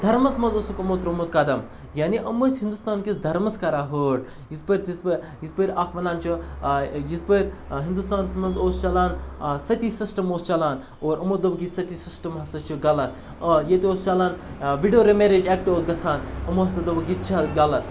دھرمَس منٛز اوسُکھ یِمو ترٛوومُت قدم یعنے یِم ٲسۍ ہِنٛدوستانکِس دھرمَس کَران ہٲٹ یِژ پھِر تِژ پھِر یِژ پھِر اَکھ وَنان چھُ یِژ پھِر ہِندوستانَس منٛز اوس چَلان سٔتی سِسٹَم اوس چَلان اور یِمو دوٚپُکھ یہِ سٔتی سِسٹَم ہَسا چھُ غلط آ ییٚتہِ اوس چَلان وِڈو رِمیریج اٮ۪کٹ اوس گژھان یِمو ہَسا دوٚپُکھ یہِ تہِ چھِ غلط